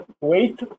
wait